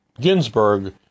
Ginsburg